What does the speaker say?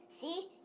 See